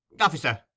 Officer